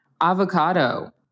Avocado